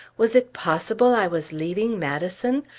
was it possible i was leaving madison?